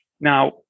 Now